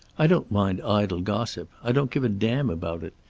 i don't mind idle gossip. i don't give a damn about it.